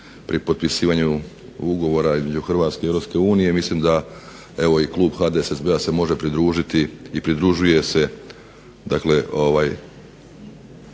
pri potpisivanju ugovora između Hrvatske i EU mislim da evo i klub HDSSB-a se može pridružiti i pridružuje se